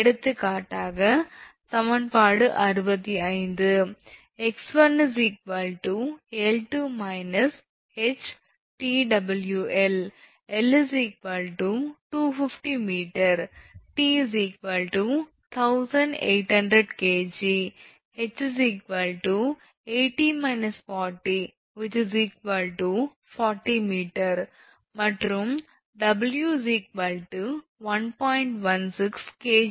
எடுத்துக்காட்டாக சமன்பாடு 65 𝑥1 𝐿2 − ℎ𝑇𝑊𝐿 𝐿 250 𝑚 𝑇 1800 𝐾𝑔 ℎ 80−40 40 𝑚 மற்றும் 𝑊 1